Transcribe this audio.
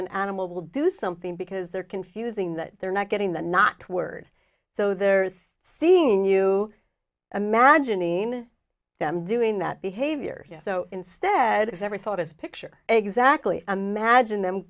an animal will do something because they're confusing that they're not getting the not word so they're seeing you imagining them doing that behavior so instead every thought is picture exactly imagine them